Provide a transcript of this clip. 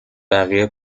بقیه